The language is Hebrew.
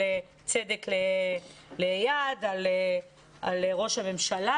על ראש הממשלה,